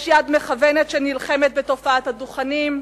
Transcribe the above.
יש יד מכוונת, שנלחמת בתופעת הדוכנים,